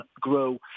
Grow